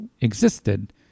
existed